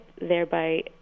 thereby